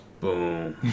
Boom